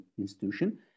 institution